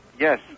Yes